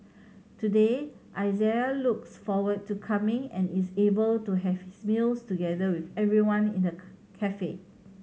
today Isaiah looks forward to coming and is able to have his meals together with everyone in the cafe